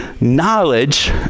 knowledge